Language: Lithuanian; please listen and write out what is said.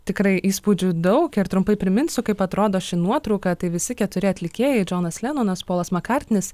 tikrai įspūdžių daug ir trumpai priminsiu kaip atrodo ši nuotrauka tai visi keturi atlikėjai džonas lenonas polas makartnis